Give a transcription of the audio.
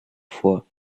foi